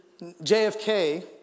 JFK